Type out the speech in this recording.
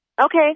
Okay